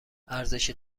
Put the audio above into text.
ارزش